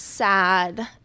sad